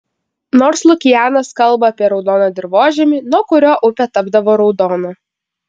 nors lukianas kalba apie raudoną dirvožemį nuo kurio upė tapdavo raudona